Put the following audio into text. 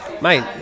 mate